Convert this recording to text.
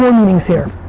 filming things here.